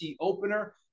opener